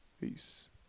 peace